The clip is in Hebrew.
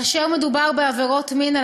כאשר מדובר בעבירות מין,